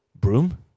Broom